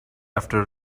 after